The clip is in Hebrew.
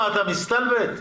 אתה מסתלבט?